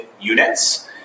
units